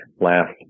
last